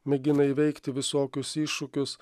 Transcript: mėgina įveikti visokius iššūkius